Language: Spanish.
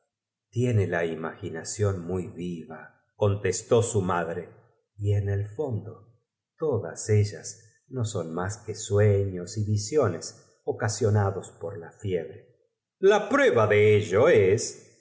tiene la imaginación muy viva congrosamente tierna que le pareció que una testó su madre y en el fondo todas ellas vocecita dulce como la de una campanilla no son más que sueños y visiones ocade plata murmuraba á su oldo q uerida sionados por la fiebre maria ángel de mi guarda yo seré tuyo la prueba de ello es